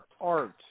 art